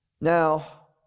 Now